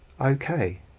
okay